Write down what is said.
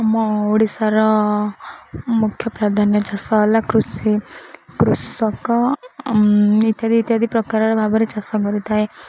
ଆମ ଓଡ଼ିଶାର ମୁଖ୍ୟ ପ୍ରାଧାନ୍ୟ ଚାଷ ହେଲା କୃଷି କୃଷକ ଇତ୍ୟାଦି ଇତ୍ୟାଦି ପ୍ରକାରର ଭାବରେ ଚାଷ କରିଥାଏ